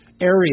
area